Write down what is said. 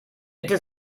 bitte